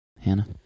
Hannah